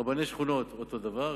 עם רבני שכונות זה אותו הדבר.